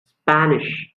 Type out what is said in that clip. spanish